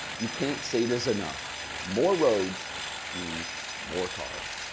you can't say this enough more roads means more cars.